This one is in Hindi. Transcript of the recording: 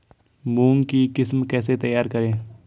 मूंग की किस्म कैसे तैयार करें?